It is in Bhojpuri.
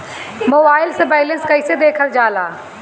मोबाइल से बैलेंस कइसे देखल जाला?